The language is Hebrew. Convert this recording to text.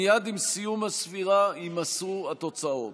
מייד עם סיום הספירה יימסרו התוצאות.